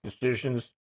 decisions